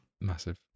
Massive